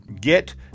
get